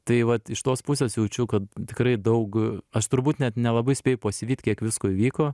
tai vat iš tos pusės jaučiu kad tikrai daug aš turbūt net nelabai spėju pasivyt kiek visko įvyko